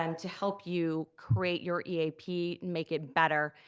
um to help you create your eap and make it better,